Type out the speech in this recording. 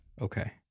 Okay